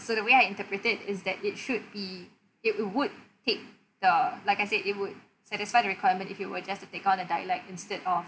so the way I interpreted is that it should be it would take the like I said it would satisfy the requirement if you were just to take on the dialect instead of